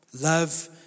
love